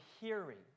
hearing